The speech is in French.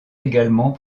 également